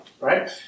right